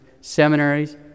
seminaries